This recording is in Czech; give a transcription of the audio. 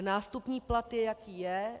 Nástupní plat je, jaký je.